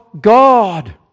God